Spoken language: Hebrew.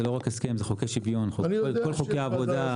זה לא רק הסכם, זה חוק השוויון, כל חוקי העבודה.